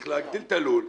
צריך להגדיל את הלול,